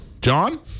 John